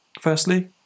Firstly